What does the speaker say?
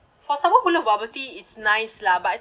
for someone who love bubble tea it's nice lah but I